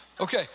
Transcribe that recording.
Okay